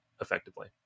effectively